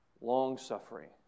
Long-suffering